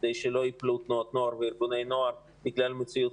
כדי שלא ייפלו תנועות נוער וארגוני נוער בגלל מציאות